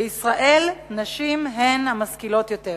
בישראל נשים הן משכילות יותר: